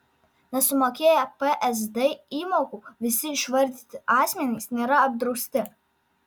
nesumokėję psd įmokų visi išvardyti asmenys nėra apdrausti